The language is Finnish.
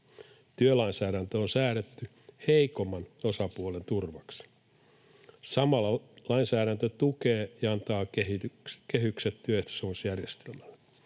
Työlainsäädäntö on säädetty heikomman osapuolen turvaksi. Samalla lainsäädäntö tukee ja antaa kehykset työehtosopimusjärjestelmälle.